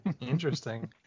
interesting